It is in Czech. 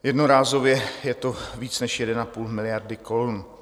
Jednorázově je to víc než 1,5 miliardy korun.